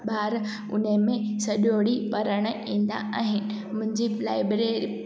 ॿार हुन में सॼो ॾींहुं पढ़ण ईंदा आहिनि मुंहिंजे लाइब्रेरी